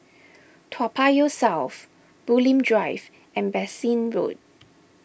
Toa Payoh South Bulim Drive and Bassein Road